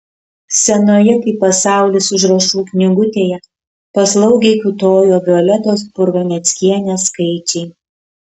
senoje kaip pasaulis užrašų knygutėje paslaugiai kiūtojo violetos purvaneckienės skaičiai